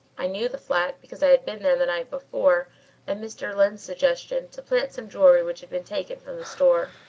i knew the flat because i had been there the night before at mr. lyne's suggestion to plant some jewellery which had been taken from the store.